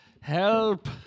Help